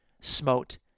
smote